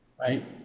right